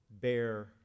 bear